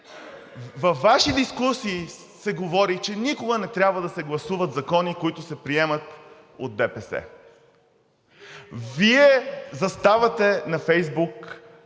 Във Ваши дискусии се говори, че никога не трябва да се гласуват закони, които се приемат от ДПС. Вие заставате на Фейсбук